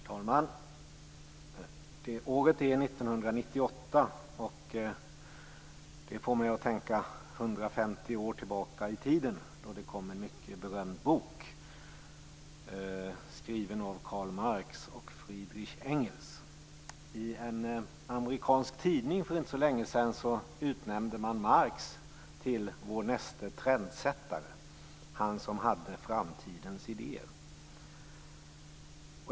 Herr talman! Året är 1998, och det får mig att tänka 150 år tillbaka i tiden då det kom ut en mycket berömd bok skriven av Karl Marx och Friedrich Engels. I en amerikansk tidning för inte så länge sedan utnämnde man Marx till vår meste trendsättare, han som hade framtidens idéer.